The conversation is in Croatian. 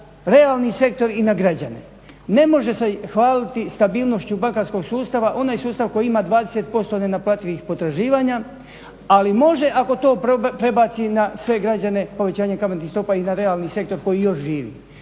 realni sektor i na građane. Ne može se hvaliti stabilnošću bankarskog sustava onaj sustav koji ima 20% nenaplativih potraživanja, ali može ako to prebaci na sve građane povećanjem kamatnih stopa i na realni sektor koji još živi.